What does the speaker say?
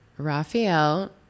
Raphael